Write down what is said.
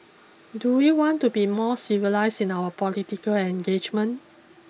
do we want to be more civilised in our political engagement